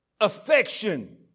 affection